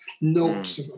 notes